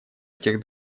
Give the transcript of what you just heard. этих